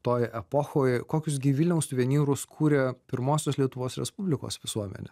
toj epochoj kokius gi vilniaus suvenyrus kūrė pirmosios lietuvos respublikos visuomenė